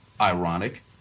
ironic